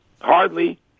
hardly